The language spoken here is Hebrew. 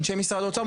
אנשי משרד האוצר,